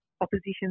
opposition